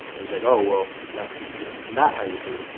it was like, oh, well that's not how you treat a